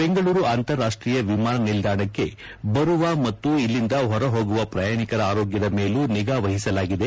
ಬೆಂಗಳೂರು ಅಂತಾರಾಷ್ಟೀಯ ವಿಮಾನ ನಿಲ್ದಾಣಕ್ಕೆ ಬರುವ ಮತ್ತು ಇಲ್ಲಿಂದ ಹೊರಹೋಗುವ ಪ್ರಯಾಣಿಕರ ಆರೋಗ್ಯದ ಮೇಲೂ ನಿಗಾವಹಿಸಲಾಗಿದೆ